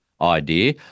idea